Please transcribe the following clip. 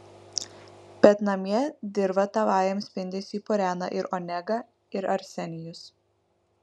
bet namie dirvą tavajam spindesiui purena ir onega ir arsenijus